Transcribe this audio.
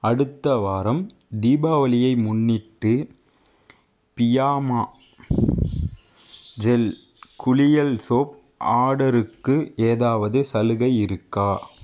அடுத்த வாரம் தீபாவளியை முன்னிட்டு ஃபியாமா ஜெல் குளியல் சோப் ஆர்டருக்கு ஏதாவது சலுகை இருக்கா